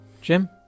Jim